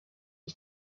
die